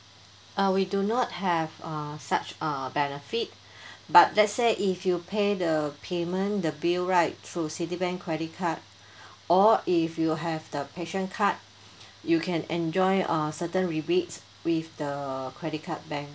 uh we do not have uh such uh benefit but let's say if you pay the payment the bill right through Citibank credit card or if you have the passion card you can enjoy uh certain rebates with the credit card bank